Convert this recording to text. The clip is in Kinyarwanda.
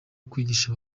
kwigisha